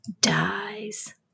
dies